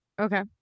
Okay